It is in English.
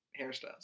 hairstyles